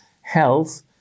health